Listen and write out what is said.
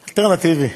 אלטרנטיבי.